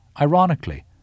Ironically